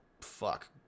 Fuck